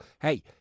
hey